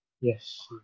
yes